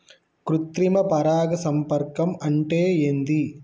కృత్రిమ పరాగ సంపర్కం అంటే ఏంది?